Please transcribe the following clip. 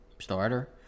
starter